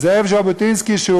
זאב ז'בוטינסקי,